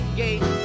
gate